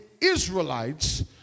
Israelites